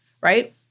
right